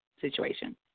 situation